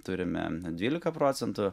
turime na dvyliką procentų